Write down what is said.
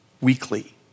weekly